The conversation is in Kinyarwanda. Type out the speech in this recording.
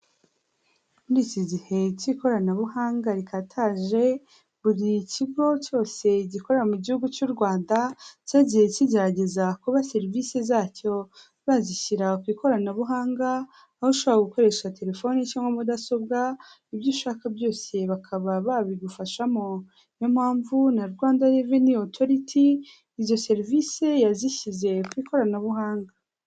Muriki gihe cy'ikoranabuhanga rikataje buri kigo cyose gikorera mu gihugu cy'u rwanda cyagiye kigerageza kuba serivisi zacyo bazishyira ku ikoranabuhanga aho ushaka gukoresha telefoni cyangwa mudasobwa ibyo ushaka byose bakaba babigufashamo niyo mpamvu na rwanda reven authority izo serivisi yazishyize kw,ikoranabuhanga.